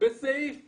בסעיף 2א'